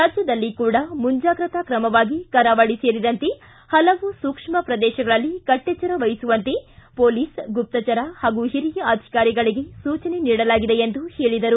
ರಾಜ್ಯದಲ್ಲಿ ಕೂಡ ಮುಂಜಾಗ್ರತಾ ಕ್ರಮವಾಗಿ ಕರಾವಳಿ ಸೇರಿದಂತೆ ಪಲವು ಸೂಕ್ಷ್ಮ ಪ್ರದೇಶಗಳಲ್ಲಿ ಕಟ್ಟೆಚ್ಚರ ವಹಿಸುವಂತೆ ಪೊಲೀಸ್ ಗುಪ್ತಚರ ಹಾಗೂ ಹಿರಿಯ ಅಧಿಕಾರಿಗಳಗೆ ಸೂಚನೆ ನೀಡಲಾಗಿದೆ ಎಂದರು